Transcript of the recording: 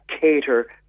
cater